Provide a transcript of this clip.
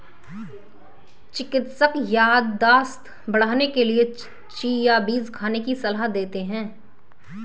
चिकित्सक याददाश्त बढ़ाने के लिए चिया बीज खाने की सलाह देते हैं